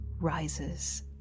rises